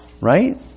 Right